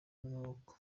n’amaboko